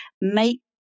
make